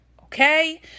okay